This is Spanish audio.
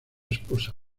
esposa